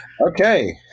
Okay